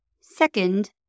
Second